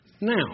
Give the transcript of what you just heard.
Now